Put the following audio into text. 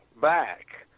back